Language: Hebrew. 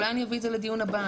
אולי אני אביא את זה לדיון הבא,